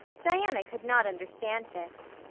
diana could not understand this.